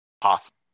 Possible